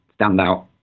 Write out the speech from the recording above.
standout